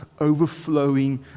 overflowing